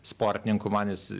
sportininkų man jis